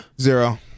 Zero